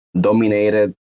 dominated